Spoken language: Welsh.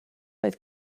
oedd